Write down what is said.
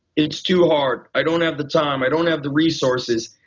it's too hard. i don't have the time. i don't have the resources,